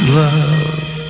love